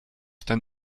ten